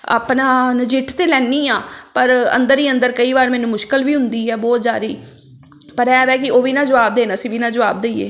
ਆਪਣਾ ਨਜਿੱਠ ਤਾਂ ਲੈਂਦੀ ਹਾਂ ਪਰ ਅੰਦਰ ਹੀ ਅੰਦਰ ਕਈ ਵਾਰ ਮੈਨੂੰ ਮੁਸ਼ਕਲ ਵੀ ਹੁੰਦੀ ਹੈ ਬਹੁਤ ਜ਼ਿਆਦੀ ਪਰ ਇਹ ਹੈ ਕਿ ਉਹ ਵੀ ਨਾ ਜਵਾਬ ਦੇਣ ਅਸੀਂ ਵੀ ਨਾ ਜਵਾਬ ਦੇਈਏ